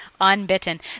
unbitten